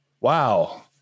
wow